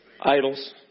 idols